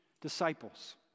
disciples